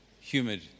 humid